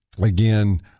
Again